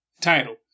title